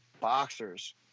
boxers